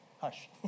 hush